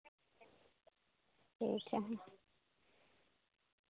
ᱟᱪᱪᱷᱟ ᱦᱮᱸ